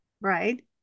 right